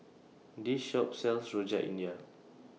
This Shop sells Rojak India